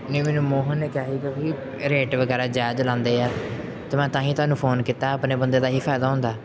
ਨਹੀਂ ਮੈਨੂੰ ਮੋਹਨ ਨੇ ਕਿਹਾ ਸੀਗਾ ਵੀ ਰੇਟ ਵਗੈਰਾ ਜਾਇਜ਼ ਲਗਾਉਂਦੇ ਹੈ ਅਤੇ ਮੈਂ ਤਾਂ ਹੀ ਤੁਹਾਨੂੰ ਫ਼ੋਨ ਕੀਤਾ ਆਪਣੇ ਬੰਦੇ ਦਾ ਇਹ ਹੀ ਫ਼ਾਇਦਾ ਹੁੰਦਾ